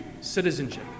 citizenship